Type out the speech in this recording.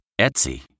Etsy